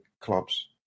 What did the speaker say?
clubs